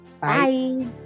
Bye